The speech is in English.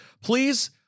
Please